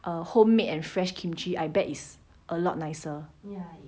um homemade and fresh kimchi I bet is a lot nicer